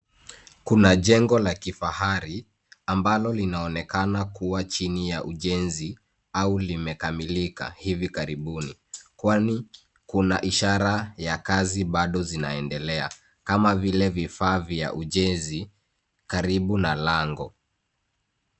Kuna jengo la kifahari ambalo linaonekana kuwa chini ya ujenzi au limekamilika hivi karibuni, kwani kuna ishara ya kazi baado zinaendelea kama vile vifaa vya ujenzi karibu na lango.